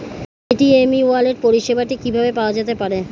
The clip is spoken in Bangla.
পেটিএম ই ওয়ালেট পরিষেবাটি কিভাবে পাওয়া যেতে পারে?